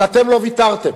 אבל אתם לא ויתרתם,